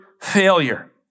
failure